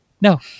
no